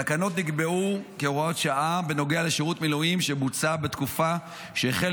התקנות נקבעו כהוראת שעה בנוגע לשירות מילואים שבוצע בתקופה שהחל